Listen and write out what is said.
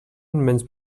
menys